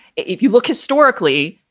if you look historically,